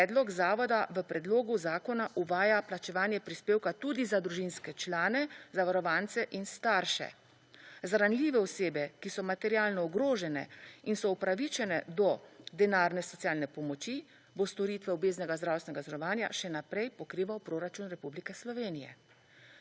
predlog zavoda v predlogu zakona uvaja plačevanje prispevka tudi za družinske člane, zavarovance in starše. Za ranljive osebe, ki so materialno ogrožene in so upravičene do denarne socialne pomoči, bo storitve obveznega zdravstvenega zavarovanja še naprej pokrival proračun Republike Slovenije.